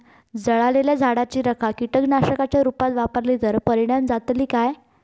जळालेल्या झाडाची रखा कीटकनाशकांच्या रुपात वापरली तर परिणाम जातली काय?